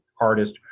artist